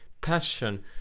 passion